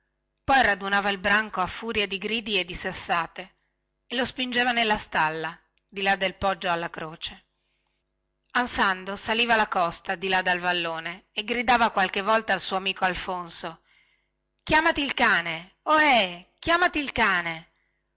poi radunava il branco a furia di gridi e di sassate e lo spingeva nella stalla di là del poggio alla croce ansando saliva la costa di là dal vallone e gridava qualche volta al suo amico alfonso chiamati il cane ohè chiamati il cane